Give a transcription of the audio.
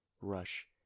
rush